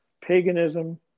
paganism